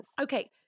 Okay